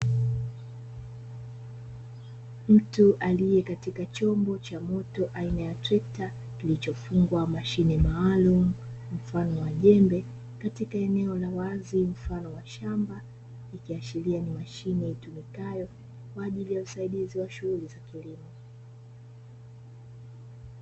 Mtu aliye katika chombo cha moto aina ya trekta kilichofungwa mashine maalumu mfano wa jembe, katika eneo la wazi mfano wa shamba ikiashiria ni mashine itumekayo kwa ajili ya usaidizi wa shule za kilimo.